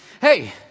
Hey